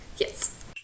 Yes